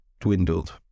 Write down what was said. dwindled